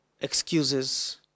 excuses